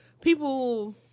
people